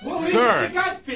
Sir